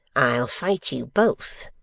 i'll fight you both.